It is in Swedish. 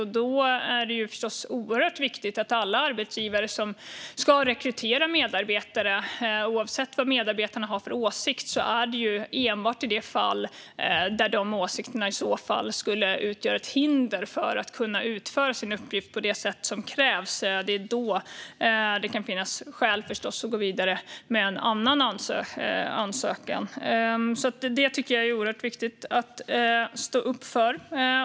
Därför är det förstås oerhört viktigt att alla arbetsgivare som ska rekrytera medarbetare enbart tar hänsyn till vad de sökande har för åsikt i de fall där dessa åsikter skulle utgöra ett hinder för att utföra uppgiften på det sätt som krävs. Det är då det kan finnas skäl att gå vidare med en annan sökande. Det tycker jag alltså är oerhört viktigt att stå upp för.